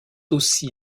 aussi